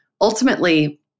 ultimately